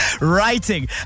writing